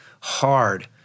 hard